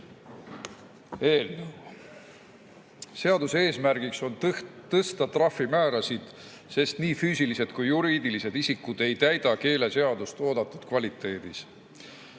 eelnõu. Eesmärk on tõsta trahvimäärasid, sest ei füüsilised ega ka juriidilised isikud ei täida keeleseadust oodatud kvaliteedis.